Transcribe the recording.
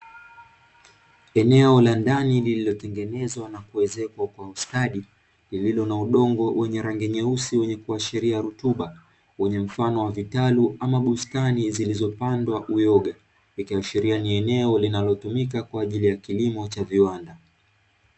Eneo la ndani lililotengenezwa na kuwekezwa kwa ustadi lililo na udongo wenye rangi nyeusi, wenye kuashiria rutuba wenye mfano wa vitalu ama bustani zilizopandwa uyoga ikiashiria ni eneo linalotumika kwenye kilimo cha viwanda.